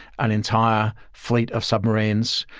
an entire fleet of submarines,